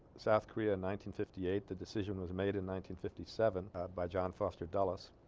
south korea in nineteen fifty eight the decision was made in nineteen fifty seven by john foster dulles